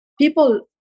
People